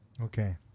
Okay